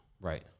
Right